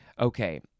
Okay